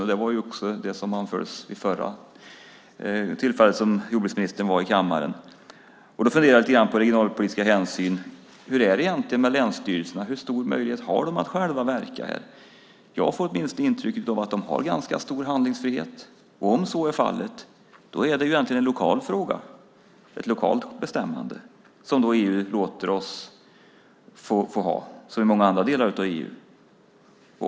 Det anfördes ju också vid det förra tillfället då jordbruksministern var i kammaren. Då funderar jag lite grann på länsstyrelserna. Hur stor möjlighet har de att själva verka här? Jag får intrycket att de har ganska stor handlingsfrihet. Om så är fallet är det hela ju egentligen en lokal fråga, som EU låter oss få ha som i många andra delar av EU.